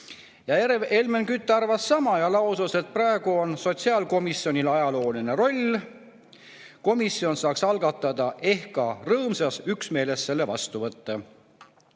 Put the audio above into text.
Helmen Kütt arvas sama ja lausus, et praegu on sotsiaalkomisjonil ajalooline roll. Komisjon saaks eelnõu algatada ja ka rõõmsas üksmeeles selle vastu võtta.